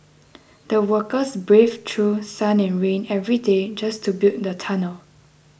the workers braved through sun and rain every day just to build the tunnel